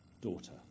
daughter